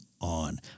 on